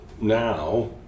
now